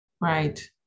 right